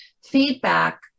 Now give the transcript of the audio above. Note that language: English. feedback